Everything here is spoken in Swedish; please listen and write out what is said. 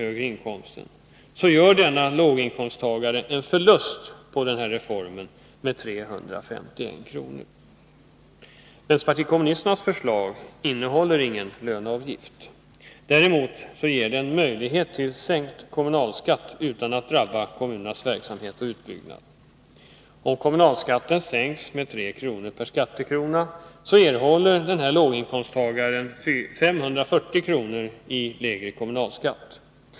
högre inkomsten, så gör denna låginkomsttagare en förlust på reformen med 351 kr. Vpk:s förslag innehåller ingen löneavgift. Däremot ger det en möjlighet till sänkt kommunalskatt utan att drabba kommunernas verksamhet och utbyggnad. Om kommunalskatten sänks med 3 kr. per skattekrona erhåller denna låginkomsttagare 540 kr. genom lägre kommunalskatt.